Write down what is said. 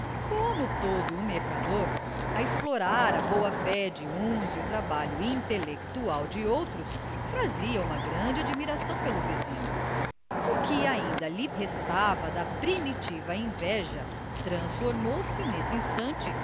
como todo o mercador a explorar a boa-fé de uns e o trabalho intelectual de outros trazia uma grande admiração pelo vizinho o que ainda lhe restava da primitiva inveja transformou-se nesse instante